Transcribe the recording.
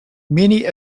many